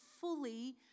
fully